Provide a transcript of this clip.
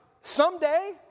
Someday